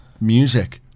music